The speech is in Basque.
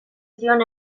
zion